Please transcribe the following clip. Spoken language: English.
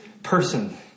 person